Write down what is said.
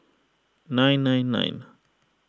nine nine nine